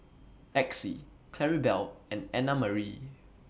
Exie Claribel and Annamarie